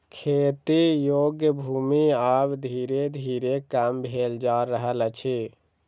खेती योग्य भूमि आब धीरे धीरे कम भेल जा रहल अछि